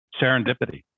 serendipity